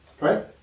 right